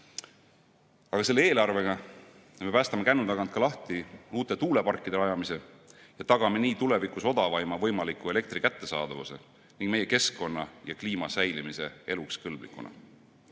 piisav. Selle eelarvega me päästame kännu tagant lahti ka uute tuuleparkide rajamise ja tagame nii tulevikus odavaima võimaliku elektri kättesaadavuse ning meie keskkonna ja kliima säilimise eluks kõlblikuna.